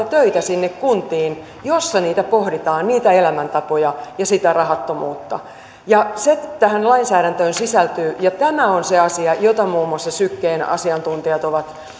töitä sinne kuntiin joissa niitä elämäntapoja ja sitä rahattomuutta pohditaan ja se tähän lainsäädäntöön sisältyy ja tämä on se asia jota muun muassa sykkeen asiantuntijat ovat